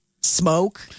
smoke